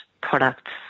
products